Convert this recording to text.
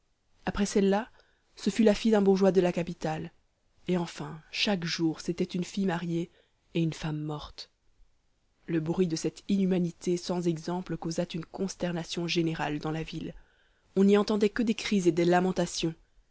après celle-là ce fut la fille d'un bourgeois de la capitale et enfin chaque jour c'était une fille mariée et une femme morte le bruit de cette inhumanité sans exemple causa une consternation générale dans la ville on n'y entendait que des cris et des lamentations